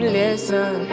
listen